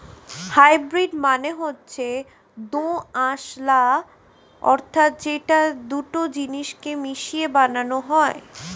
hybrid মানে হচ্ছে দোআঁশলা অর্থাৎ যেটা দুটো জিনিস কে মিশিয়ে বানানো হয়